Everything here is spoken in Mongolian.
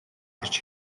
орж